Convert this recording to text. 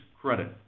credit